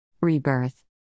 rebirth